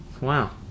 Wow